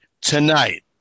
tonight